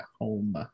home